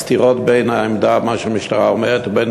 הסתירות בין העמדה שהמשטרה אומרת ובין